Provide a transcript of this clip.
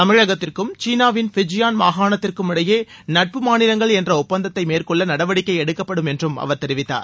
தமிழகத்திற்கும் சீனாவின் ஃபிஜியான் மாகாணத்திற்கும் இடையே நட்பு மாநிலங்கள் என்ற ஒப்பந்தத்தை மேற்கொள்ள நடவடிக்கை எடுக்கப்படும் என்றும் அவர் தெரிவித்தார்